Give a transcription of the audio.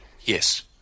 Yes